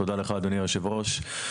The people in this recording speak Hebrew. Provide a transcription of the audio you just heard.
תודה רבה לך אדוני יושב הראש.